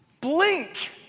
blink